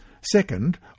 Second